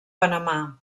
panamà